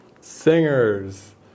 singers